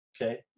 Okay